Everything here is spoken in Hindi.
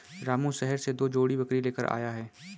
रामू शहर से दो जोड़ी बकरी लेकर आया है